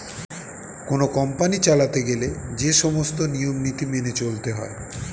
কোন কোম্পানি চালাতে গেলে যে সমস্ত নিয়ম নীতি মেনে চলতে হয়